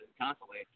constantly